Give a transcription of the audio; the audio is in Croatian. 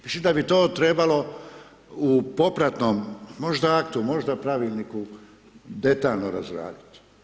Mislim da bi to trebalo u popratnom, možda aktu, možda pravilniku detaljno razraditi.